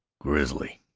grizzly,